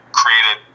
created